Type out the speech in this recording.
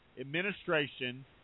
administration